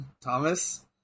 Thomas